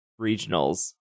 regionals